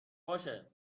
باشه